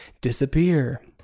disappear